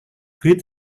great